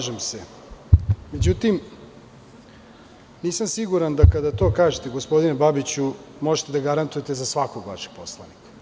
Slažem se, međutim nisam siguran da kada to kažete, gospodine Babiću, možete da garantujete za svakog vašeg poslanika.